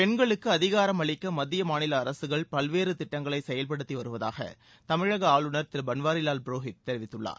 பெண்களுக்கு அதிகாரம் அளிக்க மத்திய மாநில அரசுகள் பல்வேறு திட்டங்களை செயல்படுத்தி வருவதாக தமிழக ஆளுநர் திரு பன்வாரிலால் புரோஹித் தெரிவித்துள்ளார்